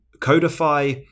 codify